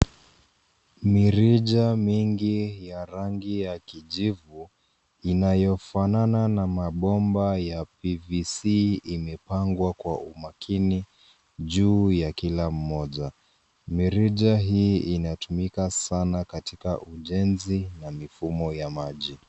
Mirija mingi ya rangi ya kijivu , inayofanana na mabomba ya PVC imepangwa kwa umakini juu ya kila mmoja. Mirija hii inatumika sana katika ujenzi na mifumo ya maji.